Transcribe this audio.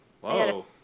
Whoa